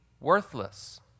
worthless